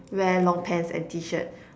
wear long pants and T-shirts